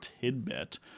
tidbit